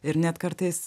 ir net kartais